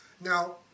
Now